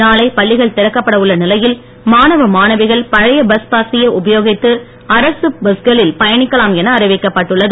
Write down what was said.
நாளை பள்ளிகள் திறக்கப்பட உள்ள நிலையில் மாணவ மாணவிகள் பழைய பஸ் பாசையே உபயோகித்து அரசு பஸ்களில் பயணிக்கலாம் என அறிவிக்கப்பட்டுள்ளது